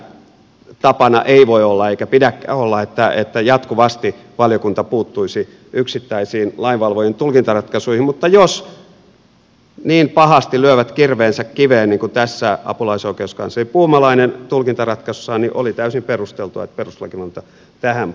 tietystikään tapana ei voi olla eikä pidäkään olla että jatkuvasti valiokunta puuttuisi yksittäisiin lainvalvojien tulkintaratkaisuihin mutta jos niin pahasti lyövät kirveensä kiveen niin kuin tässä apulaisoikeuskansleri puumalainen tulkintaratkaisussaan niin oli täysin perusteltua että perustuslakivaliokunta tähän puuttui